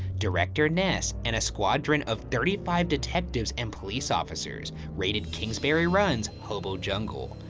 director ness, and a squadron of thirty five detectives and police officers raided kingsbury run's hobo jungle.